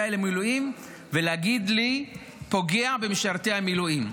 המילואים ולהגיד לי "פוגע במשרתי המילואים"?